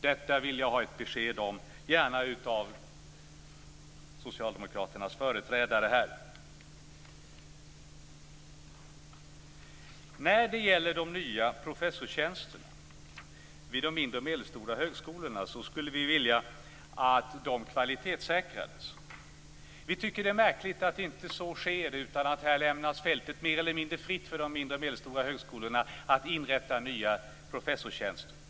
Detta vill jag ha ett besked om, gärna av Socialdemokraternas företrädare i debatten. Vi skulle vilja att de nya professorstjänsterna vid de mindre och medelstora högskolorna kvalitetssäkrades. Vi tycker att det är märkligt att så inte sker utan att fältet i detta sammanhang lämnas mer eller mindre fritt för de mindre och medelstora högskolorna att inrätta nya professorstjänster.